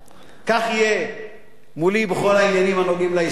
כך יהיה מולי בכל העניינים הנוגעים להסתדרות.